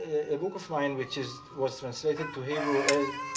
a book of mine, which is was translated to hebrew,